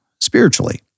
spiritually